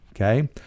okay